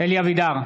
אלי אבידר,